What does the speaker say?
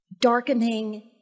darkening